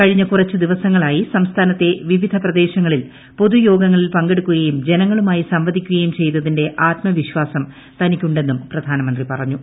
കഴിഞ്ഞ കുറച്ച് ദിവസങ്ങളായി സംസ്ഥാനത്തെ വിവിധ പ്രദേശങ്ങളിൽ പൊതുയോഗങ്ങളിൽ പ്പെങ്കെടുക്കുകയും സംവദിക്കുകയും ചെയ്ത്തിന്റെ ആത്മവിശ്വാസം തനിക്കുണ്ടെന്നും പ്രധാനമന്ത്രി പറഞ്ഞു